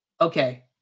Okay